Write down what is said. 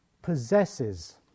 possesses